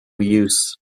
use